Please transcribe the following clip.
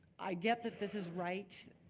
i get that this is right,